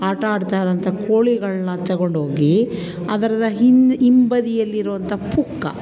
ಆಟ ಆಡ್ತಾ ಇರುವಂಥ ಕೋಳಿಗಳನ್ನ ತೆಗೊಂಡೋಗಿ ಅದರದ ಹಿಂ ಹಿಂಬದಿಯಲ್ಲಿರುವಂಥ ಪುಕ್ಕ